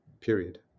period